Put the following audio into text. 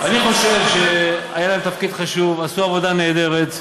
אני חושב שהיה להם תפקיד חשוב, עשו עבודה נהדרת.